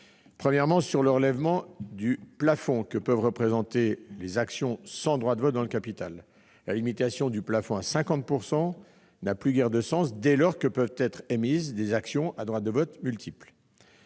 premièrement, du relèvement du plafond que ne doit pas dépasser la part des actions sans droit de vote dans le capital, la limitation de ce plafond à 50 % n'a plus guère de sens, dès lors que peuvent être émises des actions à droit de vote multiple.